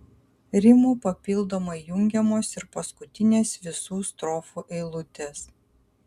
rimu papildomai jungiamos ir paskutinės visų strofų eilutės